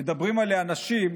מדברים עליה נשים,